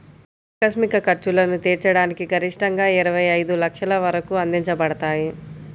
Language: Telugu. ఆకస్మిక ఖర్చులను తీర్చడానికి గరిష్టంగాఇరవై ఐదు లక్షల వరకు అందించబడతాయి